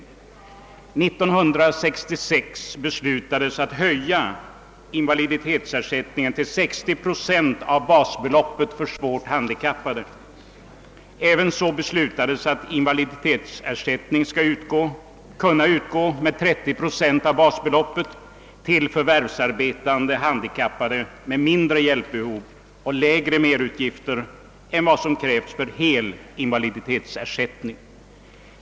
År 1966 beslutades en höjning av invaliditetsersättningen till 60 procent av basbeloppet beträffande svårt handikappade. Ävenså beslutades att invaliditetsersättning skall kunna utgå med 30 procent av basbeloppet till förvärvsarbetande handikappade med mindre hjälpbehov och lägre merutgifter än vad som krävs för hel invaliditetsersättning.